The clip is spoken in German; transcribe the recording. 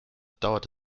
dauert